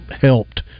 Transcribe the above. helped